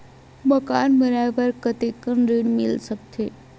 मकान बनाये बर कतेकन ऋण मिल सकथे?